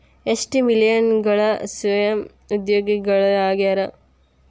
ಎಷ್ಟ ಮಿಲೇನಿಯಲ್ಗಳ ಸ್ವಯಂ ಉದ್ಯೋಗಿಗಳಾಗ್ಯಾರ